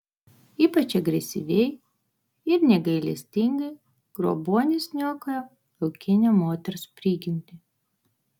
ypač agresyviai ir negailestingai grobuonis niokoja laukinę moters prigimtį